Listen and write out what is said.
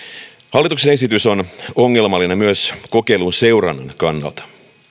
hallituksen esitys on ongelmallinen myös kokeilun seurannan kannalta